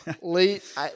late